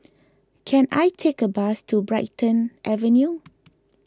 can I take a bus to Brighton Avenue